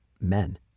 men